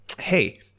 hey